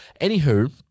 Anywho